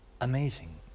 amazing